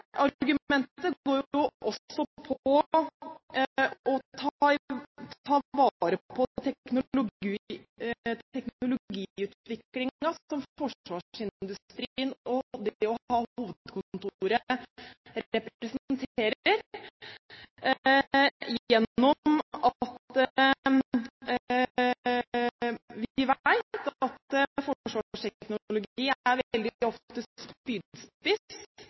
argumentet går også på å ta vare på teknologiutviklingen som forsvarsindustrien og det å ha hovedkontoret representerer, gjennom at vi vet at forsvarsteknologi veldig ofte er spydspiss